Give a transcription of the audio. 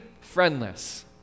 friendless